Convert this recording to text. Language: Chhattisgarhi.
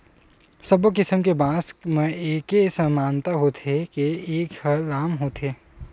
सब्बो किसम के बांस म एके समानता होथे के ए ह लाम होथे